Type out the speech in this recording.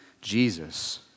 Jesus